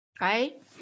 right